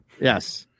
Yes